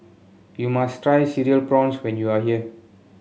you must try Cereal Prawns when you are here